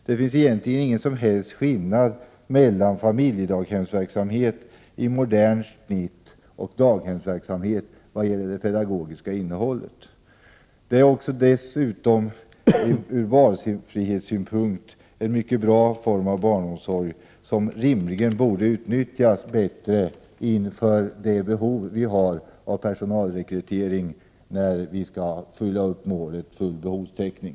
Det finns egentligen inte någon som helst skillnad mellan familjedaghemsverksamhet av modernt snitt och daghemsverksamhet när det gäller det pedagogiska innehållet. Familjedaghemmen är också ur valfrihetssynpunkt en mycket bra form av barnomsorg, som rimligen borde utnyttjas bättre med tanke på det behov vi har av personal när vi skall uppfylla målet om full behovstäckning.